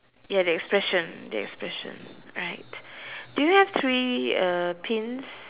ya the expression the expression right do you have three uh pins